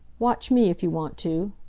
watch me, if you want to.